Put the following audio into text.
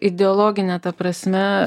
ideologine ta prasme